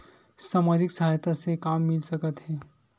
सामाजिक सहायता से का मिल सकत हे?